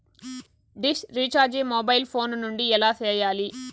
dish recharge mobile phone నుండి ఎలా సేయాలి